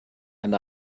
and